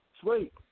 Sweet